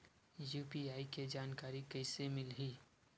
UPI के जानकारी कइसे मिलही?